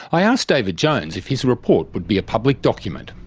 i asked david jones if his report would be a public document.